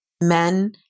men